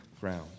ground